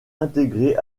intégré